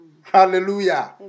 Hallelujah